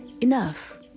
enough